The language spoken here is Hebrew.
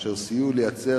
אשר סייעו לייצר,